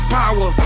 power